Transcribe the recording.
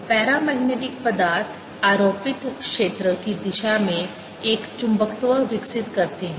paramagnetic पदार्थ आरोपित क्षेत्र की दिशा में एक चुंबकत्व विकसित करते हैं